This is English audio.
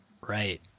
right